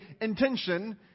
intention